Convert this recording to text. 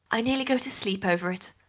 i nearly go to sleep over it.